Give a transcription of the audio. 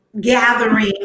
gathering